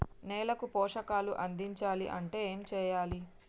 నేలకు పోషకాలు అందించాలి అంటే ఏం చెయ్యాలి?